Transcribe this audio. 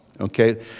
Okay